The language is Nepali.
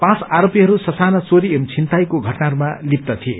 पाँच आरोपीहरू स साना चोरी एवं छिनताईका घटनाहरूमा लिप्त थिए